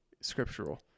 scriptural